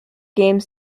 games